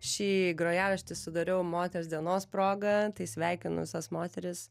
šį grojaraštį sudariau moters dienos proga tai sveikinu visas moteris